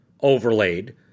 overlaid